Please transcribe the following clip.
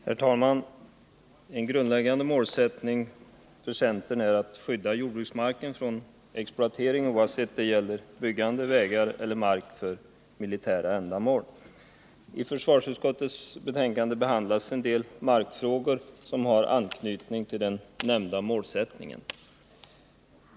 Herr talman! En grundläggande målsättning för centern är att skydda jordbruksmarken från exploatering, oavsett om det gäller byggande, vägar eller mark för militära ändamål. I försvarsutskottets betänkande nr 13 behandlas en del markfrågor som har anknytning till den nämnda målsättningen.